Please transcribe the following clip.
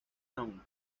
town